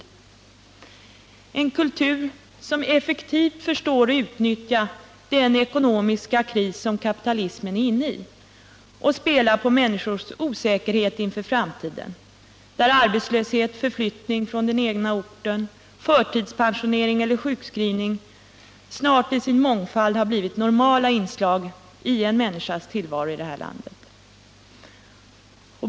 Det är en kultur som effektivt förstår att utnyttja den ekonomiska kris som kapitalismen är inne i och spela på människors osäkerhet inför framtiden, där arbetslöshet, förflyttning från den egna orten samt förtidspensionering eller sjukskrivning snart i sin mångfald har blivit ”normala” inslag i en människas tillvaro i detta land.